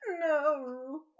No